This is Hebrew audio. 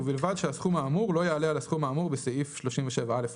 ובלבד שהסכום האמור לא יעלה על הסכום האמור בסעיף 37א5: